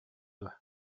дуо